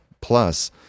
Plus